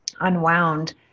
unwound